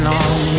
on